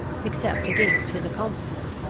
except against his accomplices.